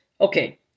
Okay